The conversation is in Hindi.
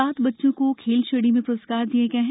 सात बच्चों को खेल श्रेणी में प्रस्कार दिये गये हैं